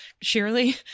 surely